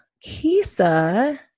Kisa